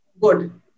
good